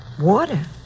Water